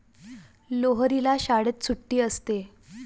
लोहरीला शाळेत सुट्टी असते